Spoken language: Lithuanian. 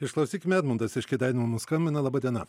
išklausykime edmundas iš kėdainių mum skambina laba diena